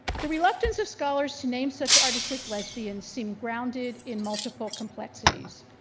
the reluctance of scholars to name such artists as lesbians seem grounded in multiple complexities.